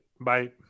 Bye